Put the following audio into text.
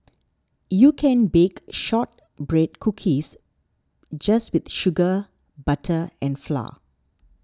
you can bake Shortbread Cookies just with sugar butter and flour